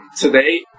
today